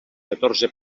catorze